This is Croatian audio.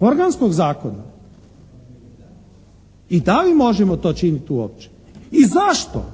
organskog zakona i da li možemo to činiti uopće? I zašto